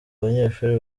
banyeshuri